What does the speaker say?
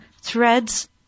threads